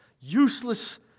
Useless